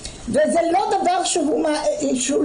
וזה לא דבר שהוא שולי,